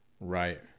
Right